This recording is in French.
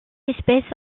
espèce